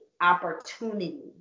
opportunity